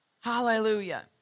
Hallelujah